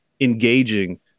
engaging